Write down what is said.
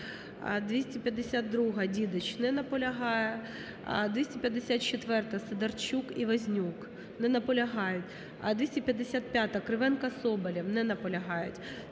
252-а, Дідич. Не наполягає. 254-а, Сидорчук і Вознюк. Не наполягають. 255-а, Кривенко, Соболєв. Не наполягають.